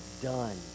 done